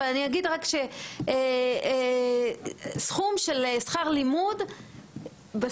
אני רק אגיד שסכום של שכר לימוד בסוף